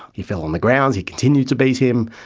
he fell on the ground, he continued to beat him.